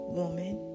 woman